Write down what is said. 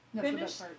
Finish